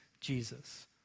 Jesus